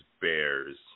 Bears